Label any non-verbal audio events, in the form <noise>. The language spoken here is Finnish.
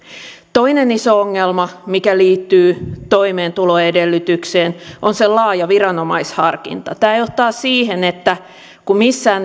toinen iso ongelma mikä liittyy toimeentuloedellytykseen on sen laaja viranomaisharkinta tämä johtaa siihen että kun missään <unintelligible>